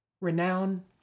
Renown